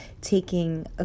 taking